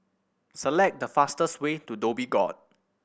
select the fastest way to Dhoby Ghaut